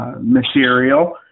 material